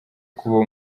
kubaho